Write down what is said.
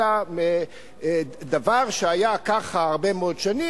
אלא דבר שהיה ככה הרבה מאוד שנים,